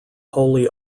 holy